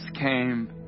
came